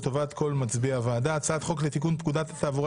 לטובת כל מצביעי הוועדה: הצעת חוק לתיקון פקודת התעבורה